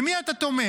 במי אתה תומך?